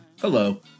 Hello